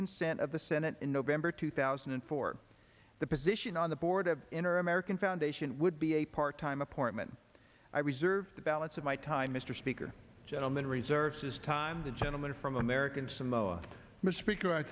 consent of the senate in november two thousand and four the position on the board of enter american foundation would be a part time appointment i reserve the balance of my time mr speaker gentlemen reserve says time the gentleman from american s